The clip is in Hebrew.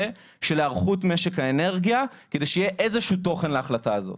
של היערכות משק האנרגיה כדי שיהיה איזשהו תוכן להחלטה הזאת.